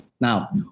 now